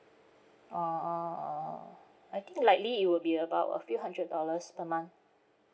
uh uh uh I think likely it would be about a few hundred dollars per month